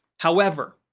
however,